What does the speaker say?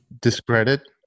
Discredit